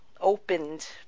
opened